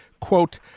quote